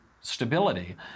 stability